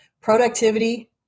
Productivity